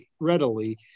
readily